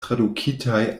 tradukitaj